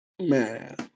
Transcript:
Man